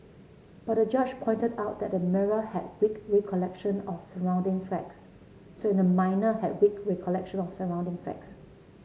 but the judge pointed out that the minor had weak recollection of surrounding facts so the minor had weak recollection of surrounding facts